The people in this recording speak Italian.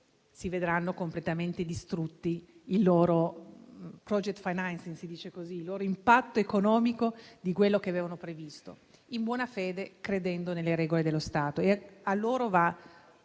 si vedranno completamente distrutti i loro *project financing*, l'impatto economico di quello che avevano previsto in buona fede, credendo nelle regole dello Stato.